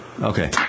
Okay